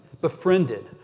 befriended